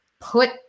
put